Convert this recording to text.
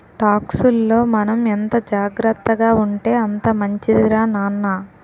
టాక్సుల్లో మనం ఎంత జాగ్రత్తగా ఉంటే అంత మంచిదిరా నాన్న